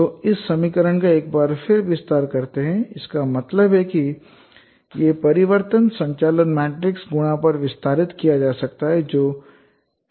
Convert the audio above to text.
हम इस समीकरण का एक बार फिर विस्तार करते हैं इसका मतलब है कि यह परिवर्तन संचालन मैट्रिक्स गुणा पर विस्तारित किया जा सकता है जो X'TH TCH 1X'0 है